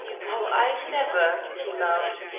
well, i never! he laughed.